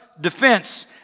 defense